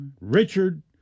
Richard